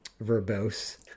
verbose